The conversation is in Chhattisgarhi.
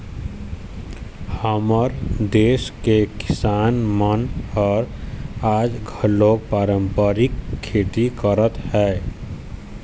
हमर देस के किसान मन ह आज घलोक पारंपरिक खेती करत हे